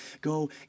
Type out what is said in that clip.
go